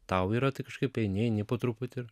tau yra tai kažkaip eini eini po truputį ir